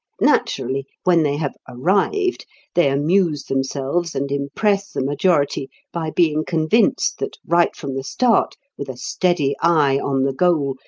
naturally when they have arrived they amuse themselves and impress the majority by being convinced that right from the start, with a steady eye on the goal,